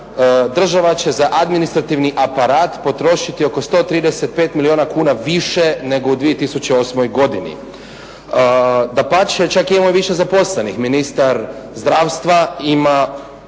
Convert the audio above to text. država će za administrativni aparat potrošiti oko 135 milijuna kuna više nego u 2008. godini. Dapače, čak i imamo više zaposlenih. Ministar zdravstva ima